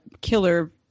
killer